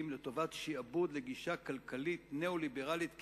לטובת שעבוד לגישה כלכלית ניאו-ליברלית קיצונית,